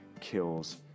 kills